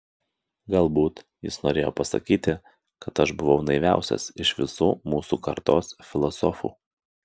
galbūt jis norėjo pasakyti kad aš buvau naiviausias iš visų mūsų kartos filosofų